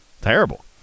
Terrible